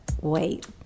wait